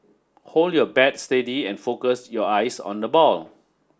hold your bat steady and focus your eyes on the ball